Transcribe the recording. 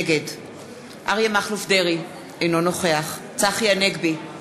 נגד אריה מכלוף דרעי, אינו נוכח צחי הנגבי,